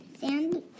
Sandy